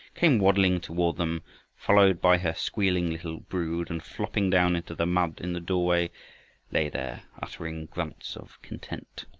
came waddling toward them followed by her squealing little brood, and flopping down into the mud in the doorway lay there uttering grunts of content.